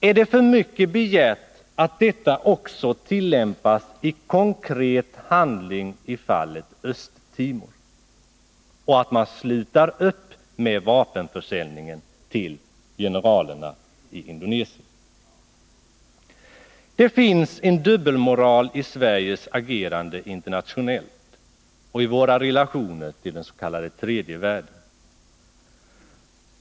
Är det för mycket begärt att detta också tillämpas i konkret handling i fallet Östtimor och att man slutar med vapenförsäljningen till generalerna i Indonesien? Det finns en dubbelmoral i Sveriges agerande internationellt och i våra relationer till den s.k. tredje världen.